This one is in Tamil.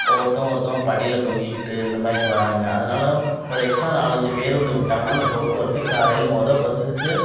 இப்போது ஒருத்தவங்க ஒருத்தவங்க படியில் தொங்கிக்கிட்டு இந்த மாதிரிக்கு வாராங்க அதனால் ஒரு எக்ஸ்ட்ரா நாலஞ்சு பேருந்து விட்டாங்கன்னால் அந்த போக்குவரத்து காலையில் மொதல் பஸ்ஸுக்கு